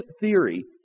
theory